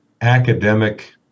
academic